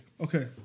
Okay